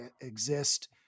exist